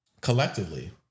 collectively